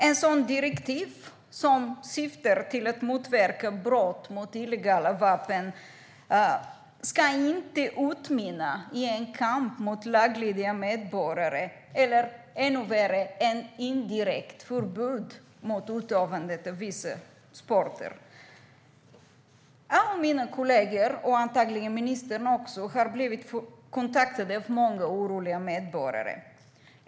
Ett direktiv som syftar till att motverka brott mot illegala vapen ska inte utmynna i en kamp mot laglydiga medborgare eller, ännu värre, ett indirekt förbud mot utövandet av vissa sporter. Alla mina kollegor, och antagligen också ministern, har blivit kontaktade av många oroliga medborgare.